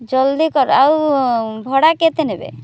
ଜଲ୍ଦି କର ଆଉ ଭଡ଼ା କେତେ ନେବେ